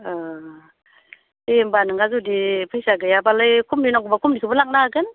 ओह दे होमबा नोंहा जुदि फैसा गैया बालाय खमनि नांगौबा खमनिखौबो लांनो हागोन